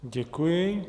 Děkuji.